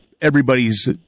everybody's